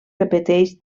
repeteix